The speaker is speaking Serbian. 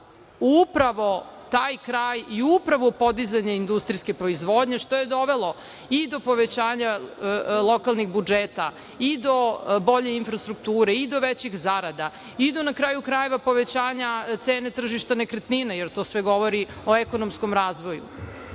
upravo taj kraj i podizanje industrijske proizvodnje, što je dovelo i do povećanja lokalnih budžeta, i do bolje infrastrukture, i do većih zarada i do, na kraju krajeva, povećanja cene tržišta nekretnina, jer to sve govori o ekonomskom razvoju. Eto,